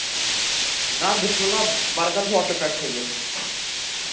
جِناب بسمہِ اللہ بَرکَت ہوٹلہٕ پٮ۪ٹھ چھُس بہٕ